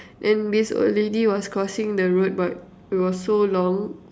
then this old lady was crossing the road but it was so long